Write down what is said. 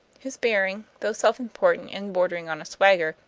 whose bearing, though self-important and bordering on a swagger,